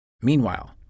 Meanwhile